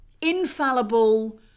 infallible